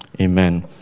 Amen